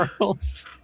Girls